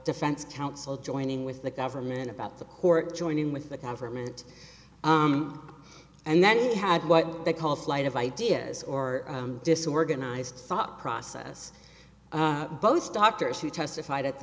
defense counsel joining with the government about the court joining with the government and that he had what they call flight of ideas or disorganized thought process both doctors who testified a